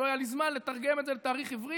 לא היה לי זמן לתרגם את זה לתאריך עברי: